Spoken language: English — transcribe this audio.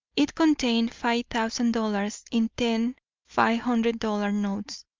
it contained five thousand dollars in ten five-hundred-dollar notes.